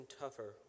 tougher